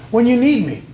when you need me,